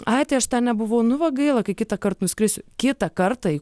ai tai aš ten nebuvau nu va gaila kai kitąkart nuskrisiu kitą kartą į